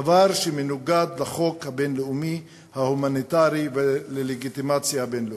דבר שמנוגד לחוק הבין-לאומי ההומניטרי וללגיטימציה הבין-לאומית.